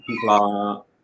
people